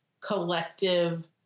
collective